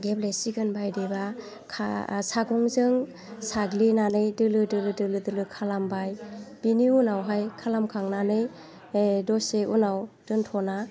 गेब्ले सिगोन बायदिबा सागंजों साग्लिनानै दोलो दोलो दोलो दोलो खालामबाय बेनि उनावहाय खालाम खांनानै दसे उनाव दोनथ'ना